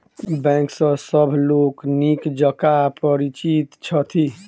bank सॅ सभ लोक नीक जकाँ परिचित छथि